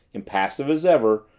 impassive as ever,